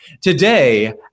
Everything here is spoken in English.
Today